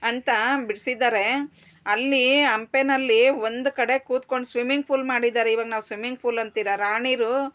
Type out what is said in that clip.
ಅಂತ ಬಿಡಿಸಿದ್ದಾರೆ ಅಲ್ಲಿ ಹಂಪೆನಲ್ಲಿ ಒಂದು ಕಡೆ ಕೂತ್ಕೊಂಡು ಸ್ವಿಮಿಂಗ್ ಫೂಲ್ ಮಾಡಿದಾರೆ ಇವಾಗ ನಾವು ಸ್ವಿಮ್ಮಿಂಗ್ ಫೂಲ್ ಅಂತೀರಾ ರಾಣಿರು